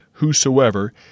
whosoever